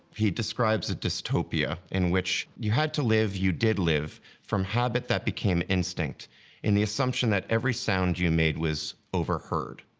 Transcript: he describes a dystopia in which, you had to live, you did live from habit that became instinct in the assumption that every sound you made was overheard.